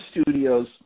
studios